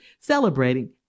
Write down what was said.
celebrating